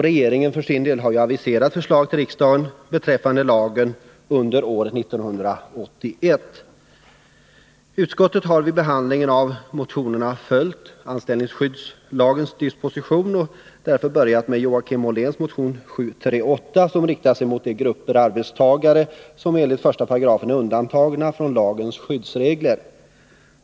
Regeringen har för sin del aviserat förslag till riksdagen beträffande lagen under år 1981. Utskottet har vid behandlingen av motionerna följt anställningsskyddslagens disposition och har därför börjat med Joakim Olléns motion 738, som riktar sig mot de grupper arbetstagare som enligt 1 § är undantagna från lagens skyddsregler.